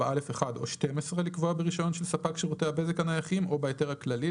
4א1 או 12 לקבוע ברישיון של ספק שירותי הבזק הנייחים או בהיתר הכללי,